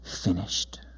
finished